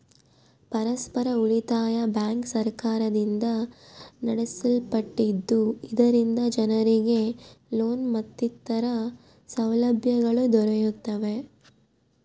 ಪರಸ್ಪರ ಉಳಿತಾಯ ಬ್ಯಾಂಕ್ ಸರ್ಕಾರದಿಂದ ನಡೆಸಲ್ಪಟ್ಟಿದ್ದು, ಇದರಿಂದ ಜನರಿಗೆ ಲೋನ್ ಮತ್ತಿತರ ಸೌಲಭ್ಯಗಳು ದೊರೆಯುತ್ತವೆ